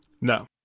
No